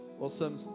Awesome